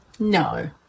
No